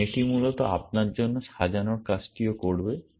এবং এটি মূলত আপনার জন্য সাজানোর কাজটিও করবে